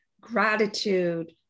gratitude